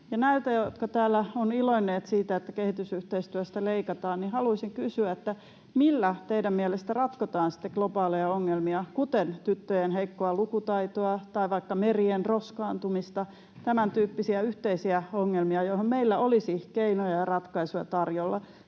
siitä, että kehitysyhteistyöstä leikataan, haluaisin kysyä: millä teidän mielestänne sitten ratkotaan globaaleja ongelmia, kuten tyttöjen heikkoa lukutaitoa tai vaikka merien roskaantumista, tämäntyyppisiä yhteisiä ongelmia, joihin meillä olisi keinoja ja ratkaisuja tarjolla